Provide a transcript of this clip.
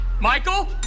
Michael